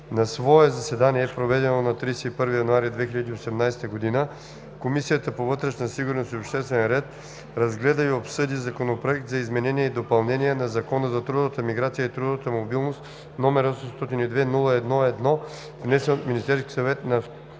На свое заседание, проведено на 31 януари 2018 г., Комисията по вътрешна сигурност и обществен ред разгледа и обсъди Законопроект за изменение и допълнение на Закона за трудовата миграция и трудовата мобилност, № 802-01-1, внесен от Министерския съвет на